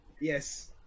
Yes